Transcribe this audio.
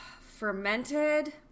fermented